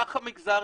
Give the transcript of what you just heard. כך המגזר,